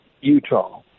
Utah